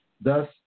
Thus